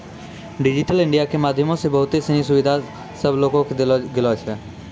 digital India के माध्यमो से बहुते सिनी सुविधा सभ लोको के देलो गेलो छै